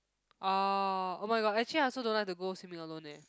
ah oh-my-god actually I also don't like to go swimming alone eh